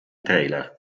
trailer